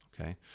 Okay